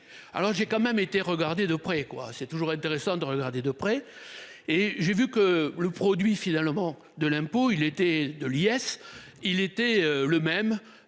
Alors j'ai quand même été regardé de près quoi c'est toujours intéressant de regarder de près et j'ai vu que le produit finalement de l'impôt, il était de